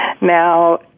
Now